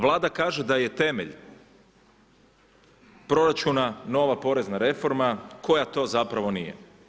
Vlada kaže da je temelj proračuna nova porezna reforma koja to zapravo nije.